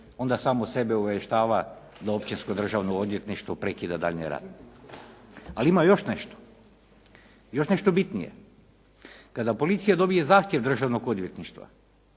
onda samu sebe iskorištava da općinsko državno odvjetništvo prekida daljnji rad. Ali ima još nešto, još nešto bitnije. Kada policija dobije zahtjev državnog odvjetništva